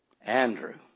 Andrew